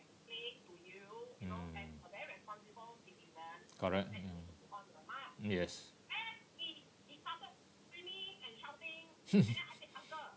mm correct yes hmm